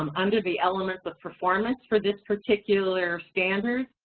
um under the elements of performance for this particular standard,